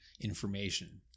information